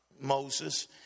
Moses